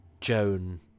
Joan